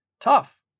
tough